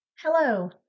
Hello